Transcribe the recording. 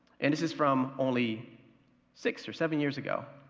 and, this is from only six or seven years ago,